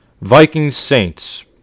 Vikings-Saints